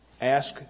ask